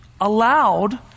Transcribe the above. allowed